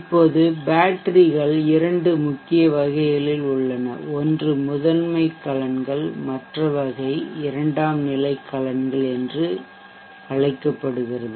இப்போது பேட்டரிகள் இரண்டு முக்கிய வகைகளில் உள்ளன ஒன்று முதன்மை கலன்கள் மற்ற வகை இரண்டாம் நிலை கலன்கள் என அழைக்கப்படுகிறது